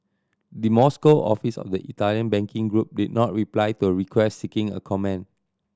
the Moscow office of the Italian banking group did not reply to a request seeking a comment